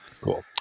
cool